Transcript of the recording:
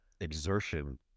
exertion